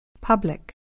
Public